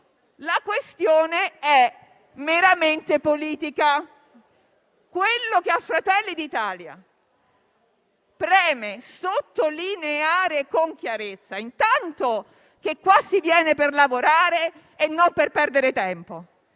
la questione è meramente politica. Quello che a Fratelli d'Italia preme sottolineare con chiarezza è anzitutto che qui si viene per lavorare e non per perdere tempo